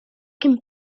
can